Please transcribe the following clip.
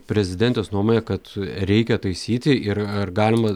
prezidentės nuomone kad reikia taisyti ir ar galima